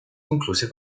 concluse